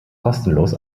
kostenlos